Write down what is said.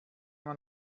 man